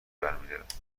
برمیدارد